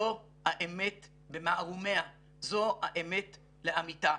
זו האמת במערומיה, זו האמת לאמיתה.